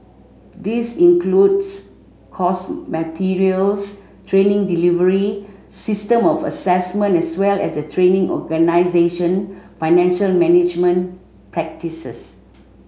this includes course materials training delivery system of assessment as well as the training organisation financial management practices